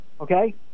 okay